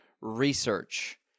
research